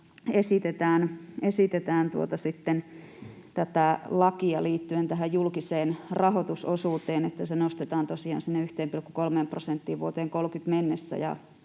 esitetään lakia liittyen julkiseen rahoitusosuuteen niin, että taso nostetaan tosiaan sinne 1,3 prosenttiin vuoteen 30 mennessä.